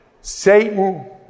Satan